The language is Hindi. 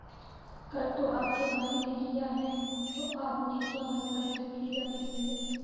कर तो आपके भाई ने लिया है तो आपने क्यों हस्ताक्षर किए रमेश भैया?